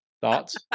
Thoughts